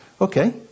Okay